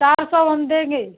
चार सौ हम देंगे